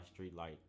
Streetlight